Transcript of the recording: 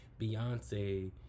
Beyonce